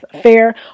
fair